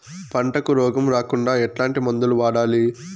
పంటకు రోగం రాకుండా ఎట్లాంటి మందులు వాడాలి?